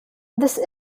this